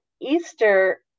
Easter